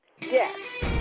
Yes